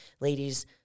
Ladies